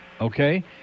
Okay